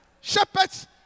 Shepherds